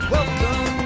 Welcome